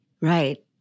Right